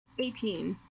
18